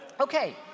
Okay